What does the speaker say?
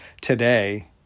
today